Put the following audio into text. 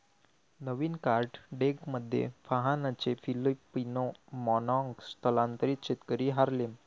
नवीन card डेकमध्ये फाहानचे Filipino मानॉन्ग स्थलांतरित शेतकरी हार्लेम